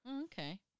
Okay